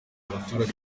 abaturage